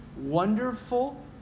wonderful